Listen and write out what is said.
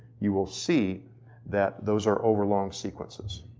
you will see that those are overlong sequences.